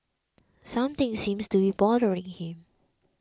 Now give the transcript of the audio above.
something seems to be bothering him